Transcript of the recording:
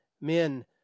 men